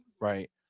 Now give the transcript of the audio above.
right